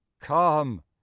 Come